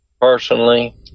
personally